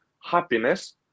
Happiness